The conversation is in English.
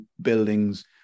buildings